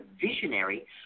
visionary